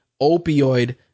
opioid